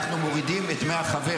אנחנו מורידים את דמי החבר.